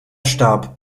starb